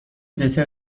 دسر